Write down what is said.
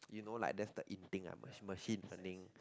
you know like that's the in thing lah like machine machine learning